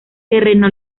terreno